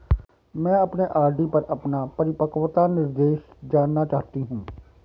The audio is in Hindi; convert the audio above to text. मैं अपने आर.डी पर अपना परिपक्वता निर्देश जानना चाहती हूँ